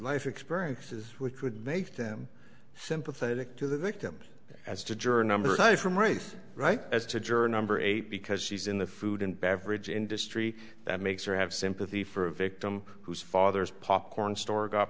life experiences which could make them sympathetic to the victim as to juror number five from race right as to juror number eight because she's in the food and beverage industry that makes her have sympathy for a victim whose father's popcorn store got